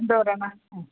എന്ത് പറയുന്നു